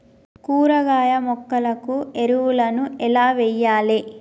కూరగాయ మొక్కలకు ఎరువులను ఎలా వెయ్యాలే?